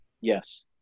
Yes